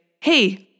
Hey